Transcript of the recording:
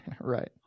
Right